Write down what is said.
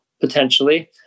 potentially